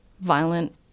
violent